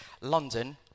London